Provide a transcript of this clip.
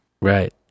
Right